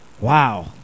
wow